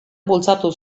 bultzatu